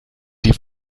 die